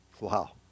Wow